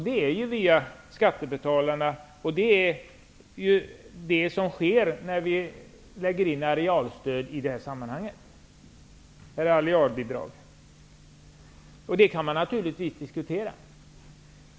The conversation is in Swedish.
Det görs via skattebetalarna, och det är vad som sker i detta sammanhang när ett arealbidrag införs. Det kan man naturligtvis diskutera.